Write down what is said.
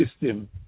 system